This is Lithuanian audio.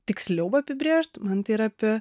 tiksliau apibrėžt man tai yra apie